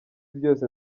byose